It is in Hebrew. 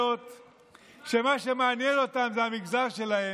ממה אתם חוששים כל הזמן?